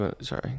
sorry